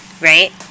right